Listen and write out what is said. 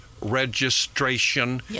registration